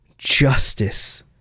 justice